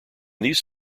these